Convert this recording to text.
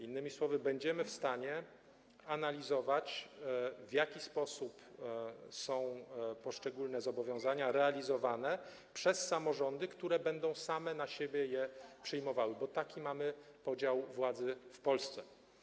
Innymi słowy, będziemy w stanie analizować, w jaki sposób poszczególne zobowiązania są realizowane przez samorządy, które będą same na siebie je przyjmowały, bo taki mamy podział władzy w Polsce.